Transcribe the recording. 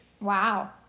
Wow